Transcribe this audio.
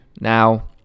now